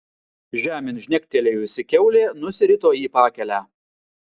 žemėn žnektelėjusi kiaulė nusirito į pakelę